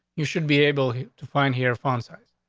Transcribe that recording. you should be able to find here font size.